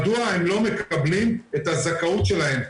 מדוע הם לא מקבלים את הזכאות שלהם.